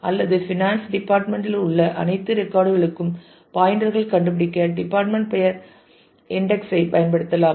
அல்லது finance department இல் உள்ள அனைத்து ரெக்கார்டு களுக்கும் பாயின்டர் கள் கண்டுபிடிக்க டிபார்ட்மெண்ட் பெயர் இன்டெக்ஸ் ஐ பயன்படுத்தலாம்